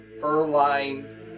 fur-lined